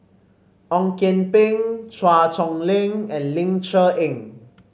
Ong Kian Peng Chua Chong Long and Ling Cher Eng